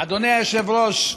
אדוני היושב-ראש,